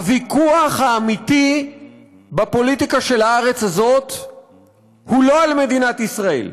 הוויכוח האמיתי בפוליטיקה של הארץ הזאת הוא לא על מדינת ישראל.